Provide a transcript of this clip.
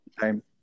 time